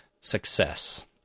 success